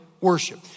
worship